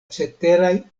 ceteraj